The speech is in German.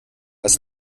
als